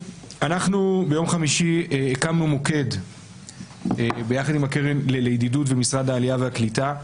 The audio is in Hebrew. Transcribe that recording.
ביום חמישי הקמנו מוקד ביחד עם הקרן לידידות ומשרד העלייה והקליטה,